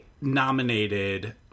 nominated